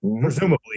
presumably